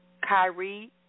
Kyrie